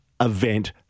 event